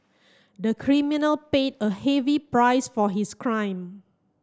the criminal paid a heavy price for his crime